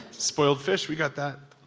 spoiled fish, we got that